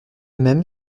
même